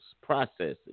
processing